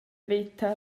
veta